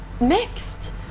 mixed